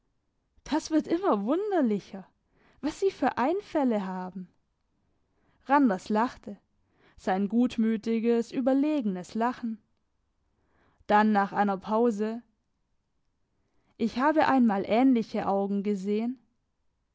das wird immer wunderlicher was sie für einfalle haben randers lachte sein gutmütiges überlegenes lachen dann nach einer pause ich habe einmal ähnliche augen gesehen